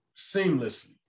seamlessly